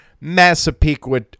Massapequa